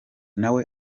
nawe